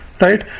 right